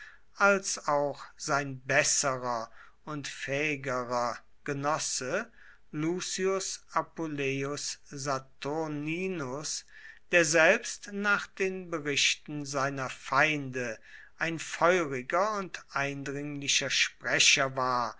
als auch sein besserer und fähigerer genosse lucius appuleius saturninus der selbst nach den berichten seiner feinde ein feuriger und eindringlicher sprecher war